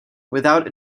without